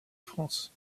france